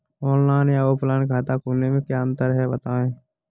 Online या offline खाता खोलने में क्या अंतर है बताएँ?